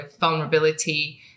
vulnerability